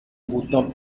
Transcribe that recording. bouton